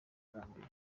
zambia